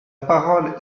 parole